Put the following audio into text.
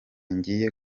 ngiye